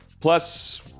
plus